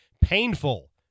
painful